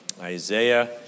Isaiah